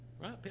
Right